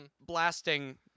blasting